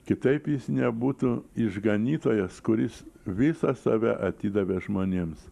kitaip jis nebūtų išganytojas kuris visą save atidavė žmonėms